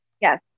yes